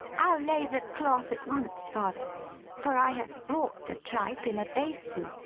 i'll lay the cloth at once, father for i have brought the tripe in a basin,